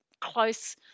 close